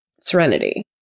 Serenity